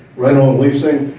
rental and leasing,